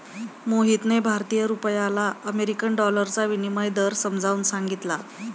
मोहितने भारतीय रुपयाला अमेरिकन डॉलरचा विनिमय दर समजावून सांगितला